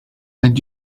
and